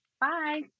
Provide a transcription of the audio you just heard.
Bye